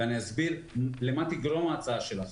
אני אסביר למה תגרום ההצעה שלכם.